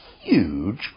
huge